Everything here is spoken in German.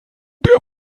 der